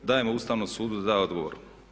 Dajemo Ustavnom sudu da da odgovor.